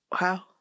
Wow